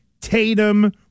Tatum